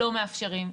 לא מאפשרים.